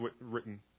written